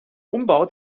umbau